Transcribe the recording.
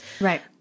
Right